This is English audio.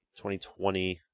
2020